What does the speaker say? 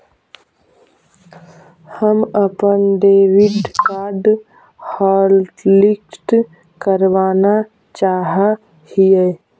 हम अपन debit card hotlist करावाना चाहा हियई